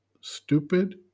stupid